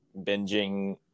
binging